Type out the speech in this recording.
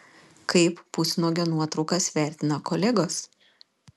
kaip pusnuogio nuotraukas vertina kolegos